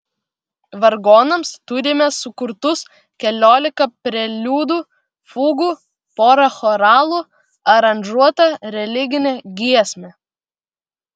vargonams turime sukurtus keliolika preliudų fugų porą choralų aranžuotą religinę giesmę